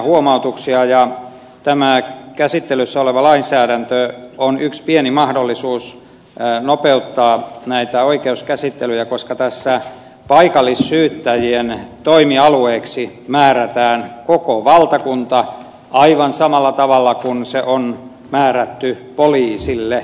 tämä käsittelyssä oleva lainsäädäntö on yksi pieni mahdollisuus nopeuttaa näitä oikeuskäsittelyjä koska tässä paikallissyyttäjien toimialueiksi määrätään koko valtakunta aivan samalla tavalla kuin se on määrätty poliisille